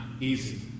easy